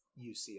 ucla